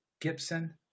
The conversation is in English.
Gibson